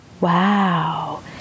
wow